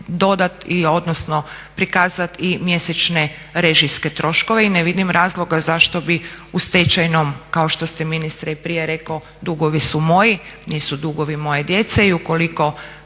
popis moram prikazat i mjesečne režijske troškove. I ne vidim razloga zašto bi u stečajnom, kao što ste ministar i prije rekao, dugovi su moji, nisu dugovi moje djece i ukoliko